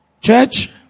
Church